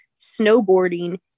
snowboarding